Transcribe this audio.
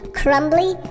crumbly